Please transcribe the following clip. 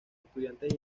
estudiantes